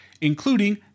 including